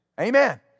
Amen